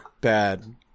Bad